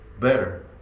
better